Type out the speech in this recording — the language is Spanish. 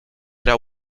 era